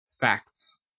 facts